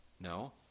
No